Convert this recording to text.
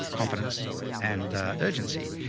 confidence and urgency.